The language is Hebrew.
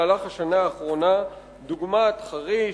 דוגמת חריש,